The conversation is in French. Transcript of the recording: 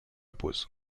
pose